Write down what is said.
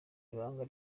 ibanga